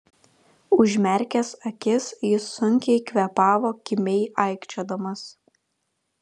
užmerkęs akis jis sunkiai kvėpavo kimiai aikčiodamas